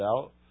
out